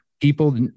people